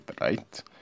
right